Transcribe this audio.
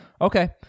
Okay